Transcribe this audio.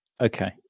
Okay